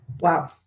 Wow